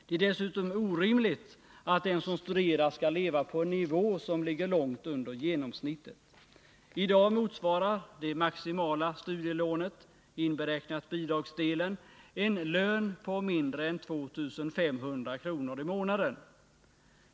Det är dessutom orimligt att den som studerar skall leva på en nivå som ligger långt under genomsnittet. I dag motsvarar det maximala studielånet, inberäknat bidragsdelen, en lön på mindre än 2 500 kr. i månaden.